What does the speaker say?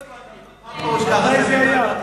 לא הבנתי, מה פירוש הדבר "ככה זה במדינת היהודים"?